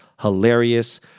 hilarious